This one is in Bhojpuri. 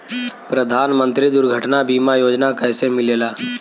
प्रधानमंत्री दुर्घटना बीमा योजना कैसे मिलेला?